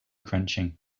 crunching